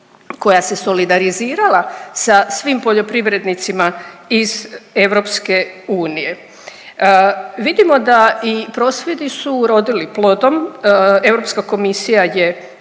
koja se solidarizirala sa svim poljoprivrednicima iz EU. Vidimo da i prosvjedi su urodili plodom, Europska komisija je